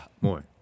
More